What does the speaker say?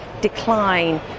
decline